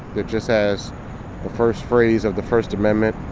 that just has the first phrase of the first amendment,